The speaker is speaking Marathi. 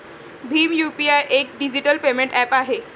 भीम यू.पी.आय एक डिजिटल पेमेंट ऍप आहे